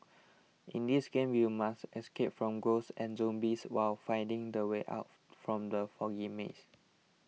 in this game you must escape from ghosts and zombies while finding the way out from the foggy maze